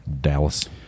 Dallas